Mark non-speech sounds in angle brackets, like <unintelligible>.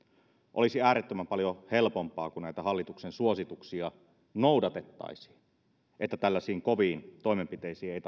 olisi äärettömän paljon helpompaa kun näitä hallituksen suosituksia noudatettaisiin jotta tällaisiin koviin toimenpiteisiin ei <unintelligible>